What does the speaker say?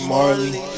Marley